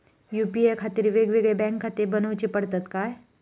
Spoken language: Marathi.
यू.पी.आय खातीर येगयेगळे बँकखाते बनऊची पडतात काय?